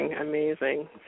amazing